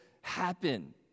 happen